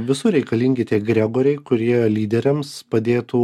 visur reikalingi tie gregoriai kurie lyderiams padėtų